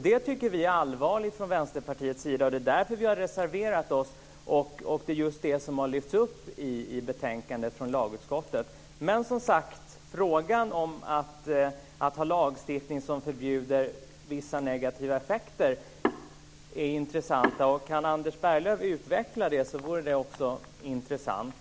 Det tycker vi från Vänsterpartiets sida är allvarligt. Det är därför vi reserverat oss. Det är just det som har lyfts fram i betänkandet från lagutskottet. Men, som sagt, frågan om att ha lagstiftning som förbjuder vissa negativa effekter är intressant. Kan Anders Berglöv utveckla det vore det också intressant.